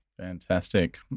Fantastic